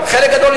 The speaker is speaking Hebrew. חלק גדול,